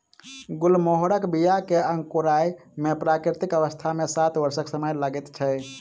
गुलमोहरक बीया के अंकुराय मे प्राकृतिक अवस्था मे सात वर्षक समय लगैत छै